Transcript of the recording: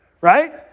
right